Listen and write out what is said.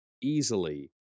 easily